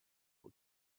what